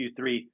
Q3